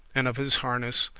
and of his harness,